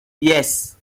yes